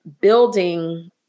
building